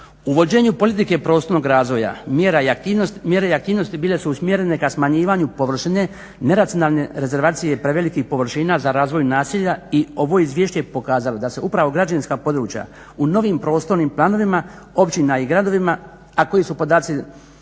Uvođenju politike prostornog razvoja, mjera i aktivnosti bile su usmjerene ka smanjivanju površine neracionalne rezervacije prevelikih površina za razvoj naselja i ovo izvješće je pokazalo da se upravo građevinska područja u novim prostornim planovima općina i gradovima a koji su podaci